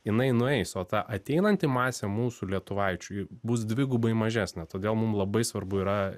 jinai nueis o ta ateinanti masė mūsų lietuvaičių ji bus dvigubai mažesnė todėl mum labai svarbu yra